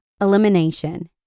elimination